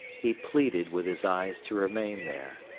he pleaded with his eyes to remain there.